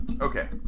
Okay